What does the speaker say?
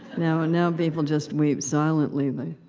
now now people just weep silently.